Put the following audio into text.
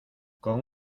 con